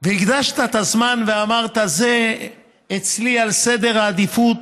והקדשת את הזמן ואמרת: זה אצלי בעדיפות,